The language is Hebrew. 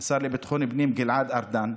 השר לביטחון הפנים גלעד ארדן,